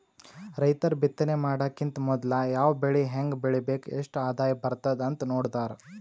ರೈತರ್ ಬಿತ್ತನೆ ಮಾಡಕ್ಕಿಂತ್ ಮೊದ್ಲ ಯಾವ್ ಬೆಳಿ ಹೆಂಗ್ ಬೆಳಿಬೇಕ್ ಎಷ್ಟ್ ಆದಾಯ್ ಬರ್ತದ್ ಅಂತ್ ನೋಡ್ತಾರ್